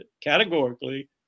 categorically